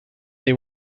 they